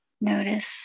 Notice